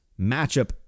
matchup